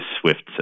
SWIFT